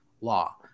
law